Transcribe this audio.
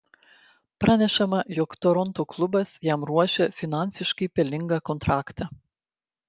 pranešama jog toronto klubas jam ruošia finansiškai pelningą kontraktą